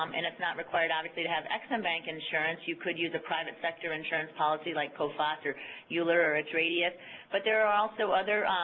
um and it's not required, obviously, to have ex-im bank insurance you could use a private sector insurance policy like coface or euler or atradius but there are also other.